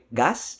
gas